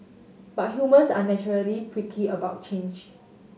but humans are naturally prickly about change